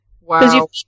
Wow